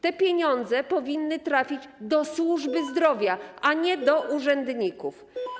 Te pieniądze powinny trafić do służby zdrowia, a nie do urzędników.